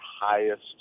highest